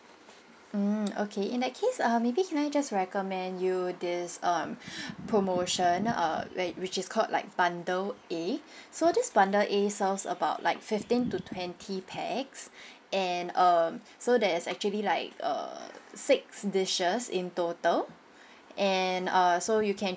mm okay in that case uh maybe can I just recommend you this um promotion uh wa~ which is called like bundle A so this bundle A serves about like fifteen to twenty pax and err so there is actually like uh six dishes in total and uh so you can